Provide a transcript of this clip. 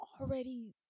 already